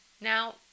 Now